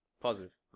positive